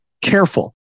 careful